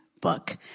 book